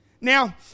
Now